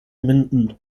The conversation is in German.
minden